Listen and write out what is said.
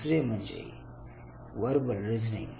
दुसरे म्हणजे verbal reasoning